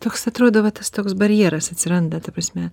toks atrodo va tas toks barjeras atsiranda ta prasme